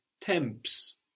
temps